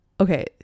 Okay